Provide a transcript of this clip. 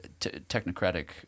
technocratic